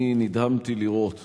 אני נדהמתי לראות